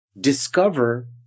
discover